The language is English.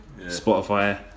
Spotify